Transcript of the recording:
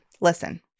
Listen